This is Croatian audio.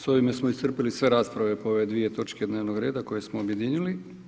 S ovime smo iscrpili sve rasprave po ove dvije točke dnevnog reda koje smo objedinili.